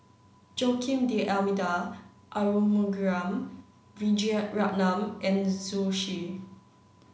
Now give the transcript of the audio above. Joaquim D'almeida Arumugam Vijiaratnam and Zhu Xu